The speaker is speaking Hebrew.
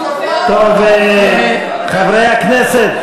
חברי הכנסת.